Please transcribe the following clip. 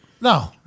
No